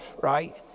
right